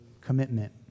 commitment